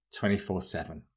24-7